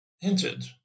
hinted